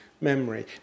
memory